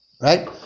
right